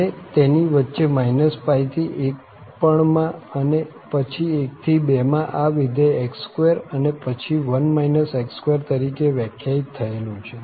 અને તેની વચ્ચે -π થી 1 પણ માં અને પછી 1 થી 2 માં આ વિધેય x2 અને પછી 1 x2 તરીકે વ્યાખ્યાયિત થયેલું છે